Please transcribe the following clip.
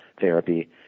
therapy